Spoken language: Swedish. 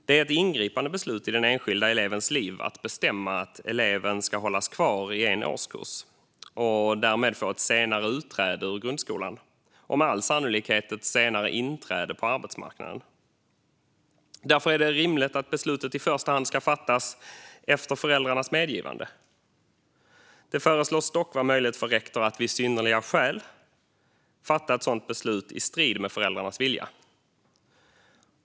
Det är ett ingripande beslut i den enskilda elevens liv att bestämma att eleven ska hållas kvar i en årskurs och därmed få ett senare utträde ur grundskolan och med all sannolikhet ett senare inträde på arbetsmarknaden. Därför är det rimligt att beslutet i första hand ska fattas efter föräldrarnas medgivande. Det föreslås dock vara möjligt för rektor att vid synnerliga skäl fatta ett sådant beslut i strid med föräldrarnas vilja.